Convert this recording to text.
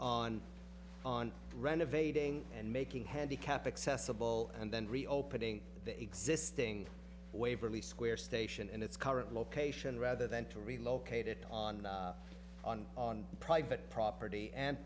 on on renovating and making handicapped accessible and then reopening the existing waverly square station in its current location rather than to relocate it on on on private property and